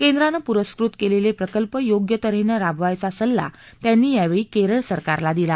केंद्राने पुरस्कृत केलेल प्रकल्प योग्य त हेने राबवावयाचा सल्ला त्यांनी यावेळी केरळ सरकारला दिला